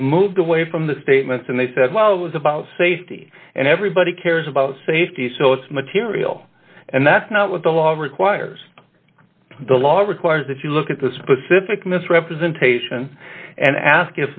they've moved away from the statements and they said well it was about safety and everybody cares about safety so it's material and that's not what the law requires the law requires that you look at the specific misrepresentation and ask